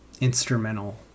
instrumental